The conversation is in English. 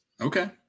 Okay